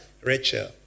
Rachel